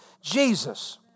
Jesus